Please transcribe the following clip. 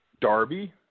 Darby